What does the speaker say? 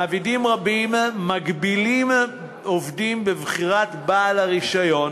מעבידים רבים מגבילים עובדים בבחירת בעל הרישיון